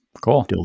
cool